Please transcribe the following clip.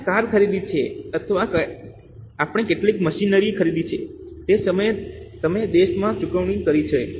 આપણે કાર ખરીદી છે અથવા આપણે કેટલીક મશીનરી ખરીદી છે તે સમયે તમે કેશ માં ચૂકવણી કરી છે